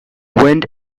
wind